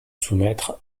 soumettre